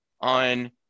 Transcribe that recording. on